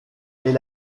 est